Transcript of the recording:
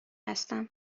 هستم